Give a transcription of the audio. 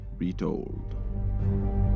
retold